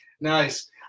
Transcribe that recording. Nice